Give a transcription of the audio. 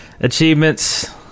achievements